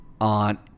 on